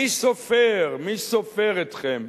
מי סופר, מי סופר אתכם?